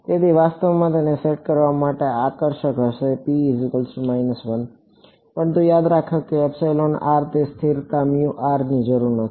તેથી વાસ્તવમાં તે સેટ કરવા માટે આકર્ષક હશે પરંતુ યાદ રાખો અને સ્થિરતાની જરૂર નથી